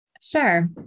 Sure